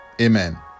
amen